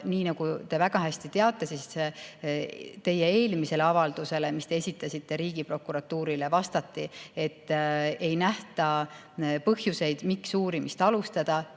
Nii nagu te väga hästi teate, teie eelmisele avaldusele, mille te esitasite Riigiprokuratuurile, vastati, et ei nähta põhjust uurimist alustada.